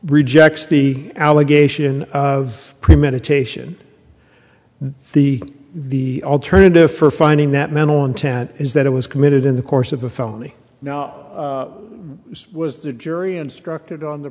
rejects the allegation of premeditation the the alternative for finding that mental intent is that it was committed in the course of a phony now was the jury instructed on the